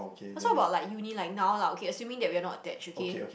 let's talk about like uni like now lah okay assuming that we are not attached okay